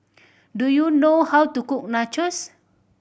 do you know how to cook Nachos